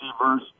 receivers